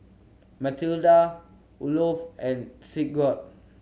Matilda Olof and Sigurd